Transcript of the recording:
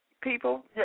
people